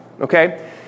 okay